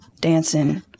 dancing